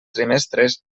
trimestres